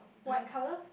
white colour